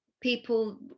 people